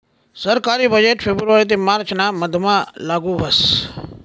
सरकारी बजेट फेब्रुवारी ते मार्च ना मधमा लागू व्हस